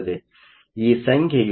ಈ ಸಂಖ್ಯೆಯು ತೆರವಾಗುತ್ತದೆ